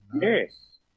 Yes